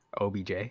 OBJ